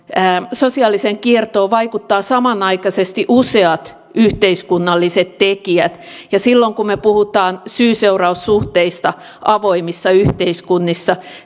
sosiaaliseen kiertoon vaikuttavat samanaikaisesti useat yhteiskunnalliset tekijät ja silloin kun me puhumme syy seuraus suhteista avoimissa yhteiskunnissa